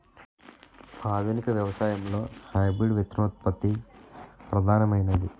ఆధునిక వ్యవసాయంలో హైబ్రిడ్ విత్తనోత్పత్తి ప్రధానమైనది